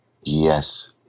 Yes